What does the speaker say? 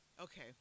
Okay